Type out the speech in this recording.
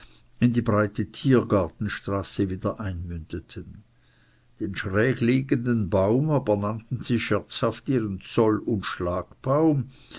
in die breite tiergartenstraße wieder einmündeten den schrägliegenden baum aber nannten sie scherzhaft ihren zoll und schlagbaum